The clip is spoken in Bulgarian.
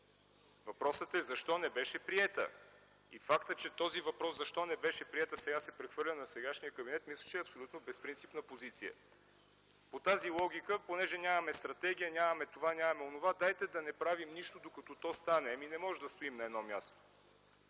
Въпросът е защо не беше приета?! Фактът, че въпросът „Защо не беше приета?” сега се прехвърля на сегашния кабинет, мисля за абсолютно безпринципна позиция. По тази логика, понеже нямаме стратегия, нямаме това, нямаме онова, дайте да не правим нищо, докато то стане. Ами не можем да стоим на едно място!